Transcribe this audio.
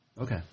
Okay